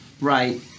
Right